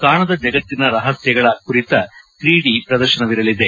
ಕಾಣದ ಜಗತ್ತಿನ ರಹಸ್ಯಗಳ ಕುರಿತ ತ್ರಿ ಡಿ ಪ್ರದರ್ಶನವಿರಲಿದೆ